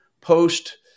post